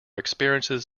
experiences